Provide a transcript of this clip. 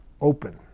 open